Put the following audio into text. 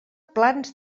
plans